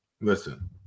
Listen